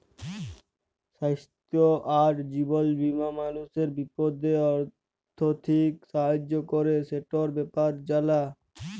স্বাইস্থ্য আর জীবল বীমা মালুসের বিপদে আথ্থিক সাহায্য ক্যরে, সেটর ব্যাপারে জালা